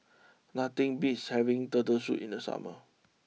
nothing beats having Turtle Soup in the summer